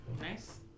Nice